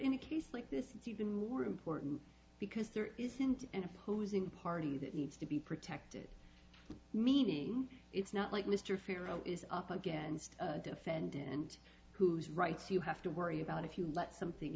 like this it's even more important because there isn't an opposing party that needs to be protected meaning it's not like mr farrow is up against a defendant and whose rights you have to worry about if you let something